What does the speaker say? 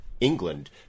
England